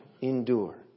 endure